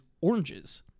oranges